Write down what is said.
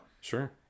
Sure